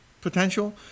potential